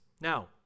Now